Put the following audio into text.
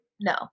No